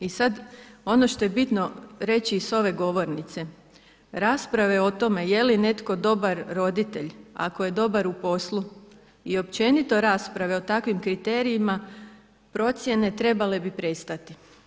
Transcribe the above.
I sada ono što je bitno reći s ove govornice, rasprave o tome jeli neko dobar roditelj ako je dobar u poslu i općenito rasprave o takvim kriterijima, procjene trebale bi prestati.